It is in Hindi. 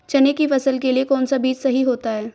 चने की फसल के लिए कौनसा बीज सही होता है?